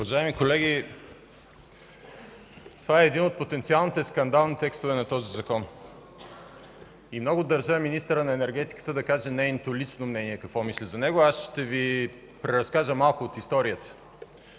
Уважаеми колеги, това е един от потенциалните скандални текстове на този закон и много държа министъра на енергетиката да каже нейното лично мнение за него. Аз ще Ви преразкажа малко от историята.